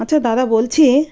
আচ্ছা দাদা বলছি